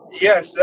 Yes